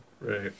right